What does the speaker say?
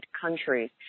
countries